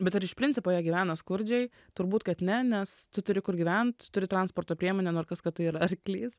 bet ar iš principo jie gyvena skurdžiai turbūt kad ne nes tu turi kur gyventi turi transporto priemonę nu ir kas kad tai yra arklys